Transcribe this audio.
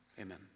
Amen